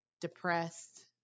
depressed